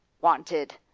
wanted